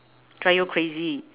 drive you crazy